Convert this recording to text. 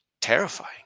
terrifying